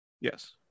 Yes